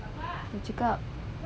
cakap